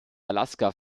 alaska